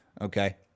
Okay